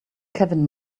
kevin